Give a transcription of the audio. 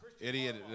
Idiot